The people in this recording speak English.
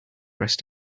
rest